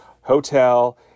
hotel